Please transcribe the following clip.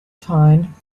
tone